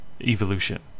evolution